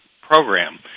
program